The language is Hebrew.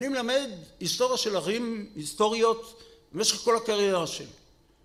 אני מלמד היסטוריה של אחים היסטוריות במשך כל הקריירה שלי